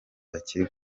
akiri